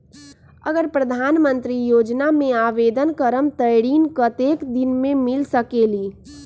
अगर प्रधानमंत्री योजना में आवेदन करम त ऋण कतेक दिन मे मिल सकेली?